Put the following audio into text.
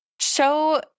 show